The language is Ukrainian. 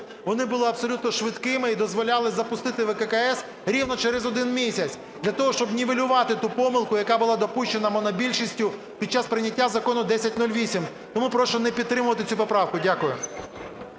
вони були абсолютно швидкими і дозволяли запустити ВККС рівно через один місяць, для того щоб нівелювати ту помилку, яка була допущена монобільшістю під час прийняття Закону 1008. Тому прошу не підтримувати цю поправку. Дякую.